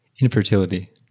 Infertility